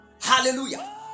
Hallelujah